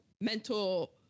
mental